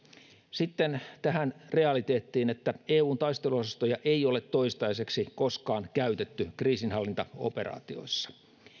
sitten tähän realiteettiin että eun taisteluosastoja ei ole toistaiseksi koskaan käytetty kriisinhallintaoperaatioissa